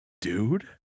dude